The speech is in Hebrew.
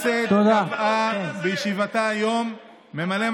ועדת הכנסת קבעה בישיבתה היום ממלאי